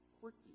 quirky